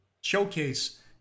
Showcase